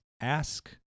ask